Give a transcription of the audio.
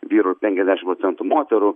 vyrų ir penkiasdešim procentų moterų